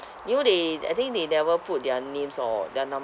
you know they I think they never put their names or their number